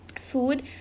food